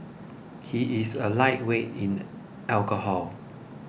he is a lightweight in alcohol